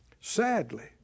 Sadly